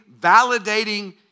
validating